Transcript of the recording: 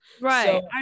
Right